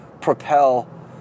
propel